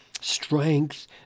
strength